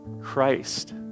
Christ